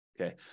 Okay